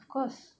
of course